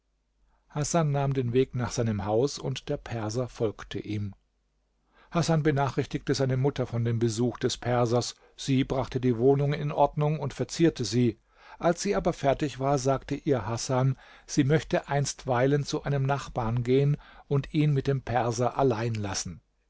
hasan nahm den weg nach seinem haus und der perser folgte ihm hasan benachrichtigte seine mutter von dem besuch des persers sie brachte die wohnung in ordnung und verzierte sie als sie aber fertig war sagte ihr hasan sie möchte einstweilen zu einem nachbarn gehen und ihn mit dem perser allein lassen